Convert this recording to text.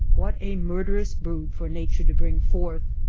what a murderous brood for nature to bring forth!